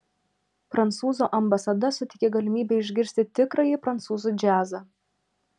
prancūzų ambasada suteikia galimybę išgirsti tikrąjį prancūzų džiazą